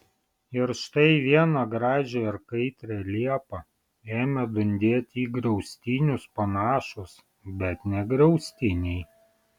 ir štai vieną gražią ir kaitrią liepą ėmė dundėti į griaustinius panašūs bet ne griaustiniai